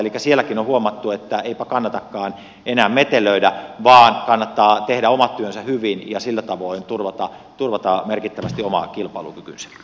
elikkä sielläkin on huomattu että eipä kannatakaan enää metelöidä vaan kannattaa tehdä omat työnsä hyvin ja sillä tavoin turvata merkittävästi oma kilpailukykynsä